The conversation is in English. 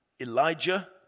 Elijah